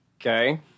Okay